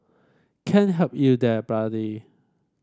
can't help you there buddy